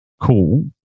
cool